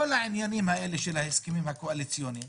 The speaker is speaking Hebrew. כל העניינים האלה של ההסכמים הקואליציוניים